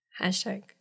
Hashtag